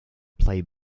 play